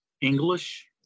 English